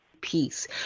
peace